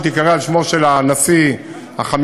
שתיקרא על שמו של הנשיא החמישי,